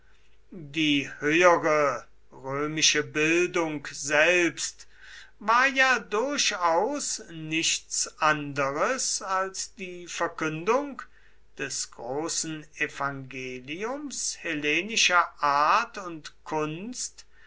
die höhere römische bildung selbst war ja durchaus nichts anderes als die verkündung des großen evangeliums hellenischer art und kunst